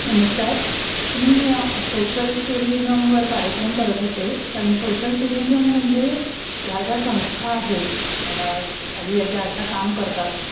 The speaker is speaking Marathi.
नमस्कार मी सोशल टुरिजमवर कार्यक्रम करत होते कारण सोशल टुरिजम म्हणजे ह्या ज्या संस्था आहेत काही या ज्या अशा काम करतात